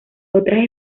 otras